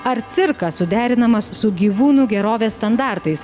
ar cirkas suderinamas su gyvūnų gerovės standartais